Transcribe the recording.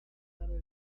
tarde